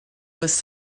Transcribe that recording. was